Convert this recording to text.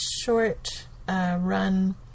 short-run